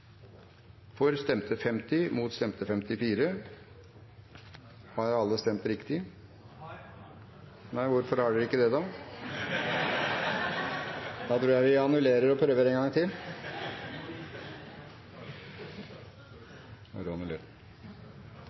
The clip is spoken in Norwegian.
54 stemmer mot og 50 stemmer for forslaget. Har alle stemt riktig? – Så synes ikke, så da tror jeg vi annullerer voteringen og prøver en gang til.